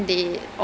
mm